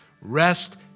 rest